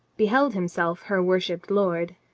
beheld himself her worshipped lord.